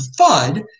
FUD